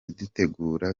dutegura